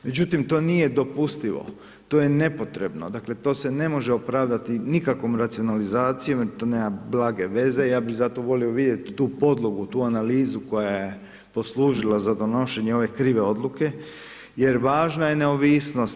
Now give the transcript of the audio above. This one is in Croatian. Međutim, to nije dopustivo, to je nepotrebno, dakle, to se ne može opravdati nikakvom racionalizacijom, jer to nema blage veze, ja bi zato volio vidjeti tu podlogu, tu analizu, koja je poslužila za donošenje ove krive odluke, jer važna je neovisnost.